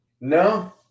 No